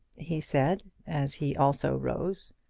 he said, as he also rose.